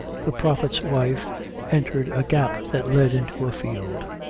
the prophet's wife entered a gap that led into a field,